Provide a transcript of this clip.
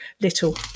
little